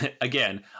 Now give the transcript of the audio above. again